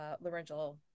laryngeal